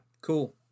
cool